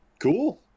Cool